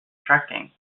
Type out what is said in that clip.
tracking